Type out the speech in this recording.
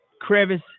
crevice